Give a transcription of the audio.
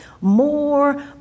more